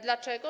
Dlaczego?